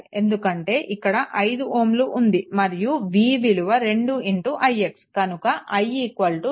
ఎందుకంటే ఇక్కడ 5 Ω ఉంది మరియు v విలువ 2 ix కనుక i 2 ix 5 0